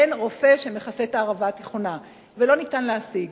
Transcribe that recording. אין רופא שמכסה את הערבה התיכונה, ולא ניתן להשיג.